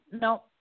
no